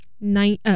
Nine